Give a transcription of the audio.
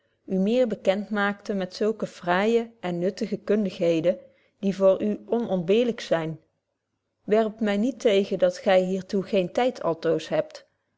meer bekend maakte met zulke fraaije en nutte kundigheden die voor u onontbeerlyk zyn werpt my niet tegen dat gy hier toe geen tyd altoos hebt